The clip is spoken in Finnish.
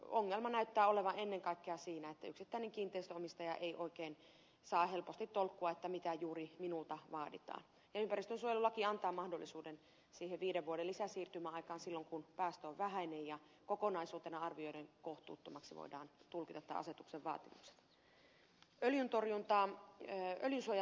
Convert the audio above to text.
ongelma näyttää olevan ennen kaikkea siinä että yksittäinen kiinteistönomistaja ei oikein saa helposti tolkkua siitä mitä juuri minulta vaaditaan ja ympäristönsuojelulaki antaa mahdollisuuden siihen viiden vuoden lisäsiirtymäaikaan silloin kun päästö on vähäinen ja kokonaisuutena arvioiden kohtuuttomiksi voidaan tulkita tämän asetuksen vaatimukset